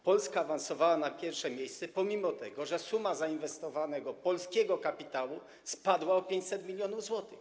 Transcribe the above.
Polska awansowała na 1. miejsce, pomimo że suma zainwestowanego polskiego kapitału spadła o 500 mln zł.